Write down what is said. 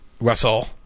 Russell